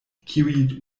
kiuj